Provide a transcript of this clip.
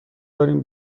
داریم